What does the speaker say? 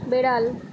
বেড়াল